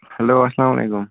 hello اَلسلام علیکم